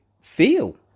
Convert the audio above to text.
feel